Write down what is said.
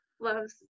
loves